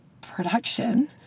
production